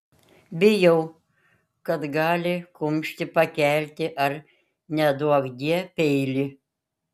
bijau kad gali kumštį pakelti ar neduokdie peilį